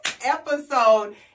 episode